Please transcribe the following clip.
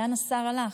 לאן השר הלך?